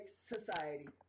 society